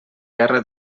guerra